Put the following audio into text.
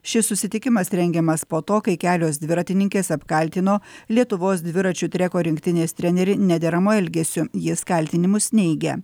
šis susitikimas rengiamas po to kai kelios dviratininkės apkaltino lietuvos dviračių treko rinktinės trenerį nederamu elgesiu jis kaltinimus neigia